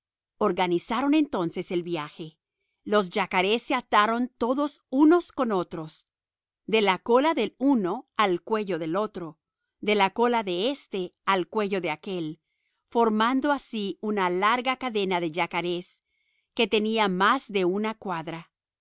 organizaron entonces el viaje los yacarés se ataron todos unos con otros de la cola de uno al cuello del otro de la cola de éste al cuello de aquél formando así una larga cadena de yacarés que tenía más de una cuadra